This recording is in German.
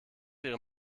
ihrem